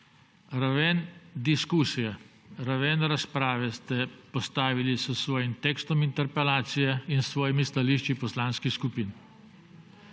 Raven diskusije, raven razprave ste postavili s svojim tekstom interpelacije in s stališči svojih poslanskih skupin.